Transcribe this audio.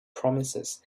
promises